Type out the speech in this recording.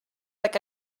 like